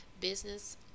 business